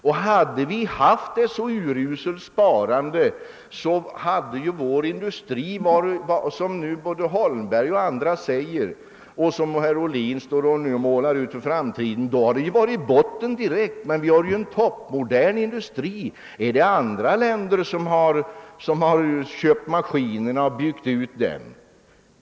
Ändå säger både herr Holmberg och andra att sparandet är uruselt. Herr Ohlin antyder att vår industri befinner sig i ett bottenläge, men vi har i själva verket en toppmodern industri. Är det andra länder som har köpt maskinerna och byggt ut industrin?